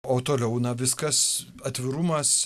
o toliau na viskas atvirumas